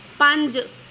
ਪੰਜ